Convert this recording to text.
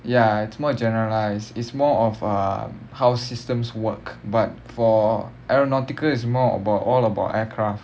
ya it's more generalised is more of uh how systems work but for aeronautical is more about all about aircraft